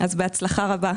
אז בהצלחה רבה.